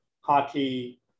hockey